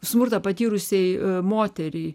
smurtą patyrusiai moteriai